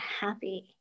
happy